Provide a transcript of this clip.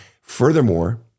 Furthermore-